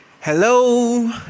Hello